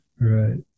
Right